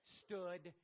stood